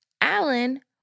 Alan